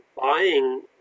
buying